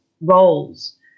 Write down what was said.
roles –